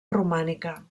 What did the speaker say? romànica